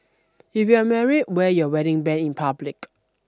if you're married wear your wedding band in public